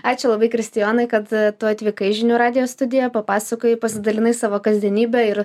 ačiū labai kristijonai kad tu atvykai į žinių radijo studiją papasakojai pasidalinai savo kasdienybę ir